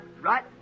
right